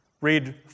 read